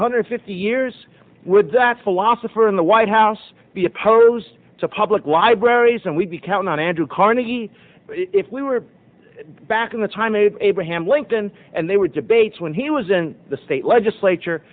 hundred fifty years with that philosopher in the white house be opposed to public libraries and we'd be counting on andrew carnegie if we were back in the time it abraham lincoln and they were debates when he was in the state legislature